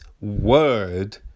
word